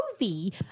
movie